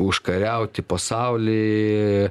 užkariauti pasaulį